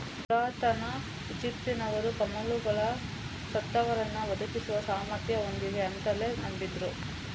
ಪುರಾತನ ಈಜಿಪ್ಟಿನವರು ಕಮಲಗಳು ಸತ್ತವರನ್ನ ಬದುಕಿಸುವ ಸಾಮರ್ಥ್ಯ ಹೊಂದಿವೆ ಅಂತಲೇ ನಂಬಿದ್ರು